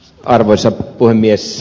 arvoisa puhemies